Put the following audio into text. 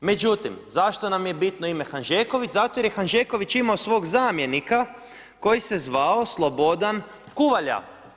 Međutim, zašto nam je bitno ime Hanžeković, zato jer je Hanžeković imao svog zamjenika koji se zvao Slobodan Kuvalja.